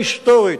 ההיסטורית,